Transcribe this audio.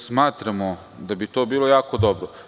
Smatramo da bi to bilo jako dobro.